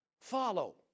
follow